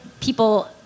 people